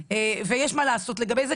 ויש מה לעשות לגבי זה,